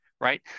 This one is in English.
right